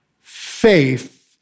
faith